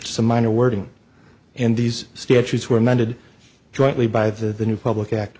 some minor wording and these statutes were amended jointly by the new public act